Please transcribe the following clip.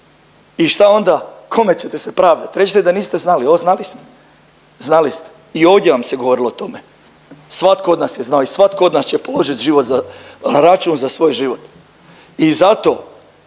I šta onda, kome ćete se pravdat, reći ćete da niste znali, evo znali ste, znali ste i ovdje vam se govorilo o tome. Svatko od nas je znao i svatko od nas će položit život za, račun za svoj život. I zato